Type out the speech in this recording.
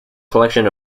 collection